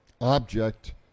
object